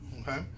Okay